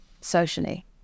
socially